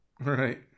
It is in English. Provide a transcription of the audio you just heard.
right